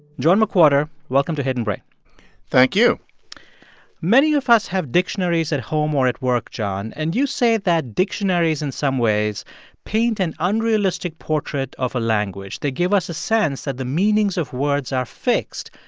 john mcwhorter, welcome to hidden brain thank you many of us have dictionaries at home or at work, john. and you say that dictionaries in some ways paint an unrealistic portrait of a language. they give us a sense that the meanings of words are fixed,